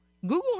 Google